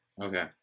okay